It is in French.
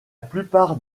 plupart